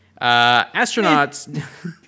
Astronauts